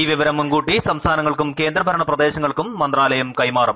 ഈ വിവരം മുൻകൂട്ടി സംസ്ഥാനങ്ങൾക്കും കേന്ദ്രഭരണപ്രദേശങ്ങൾക്കും മന്ത്രാലയം കൈമാറും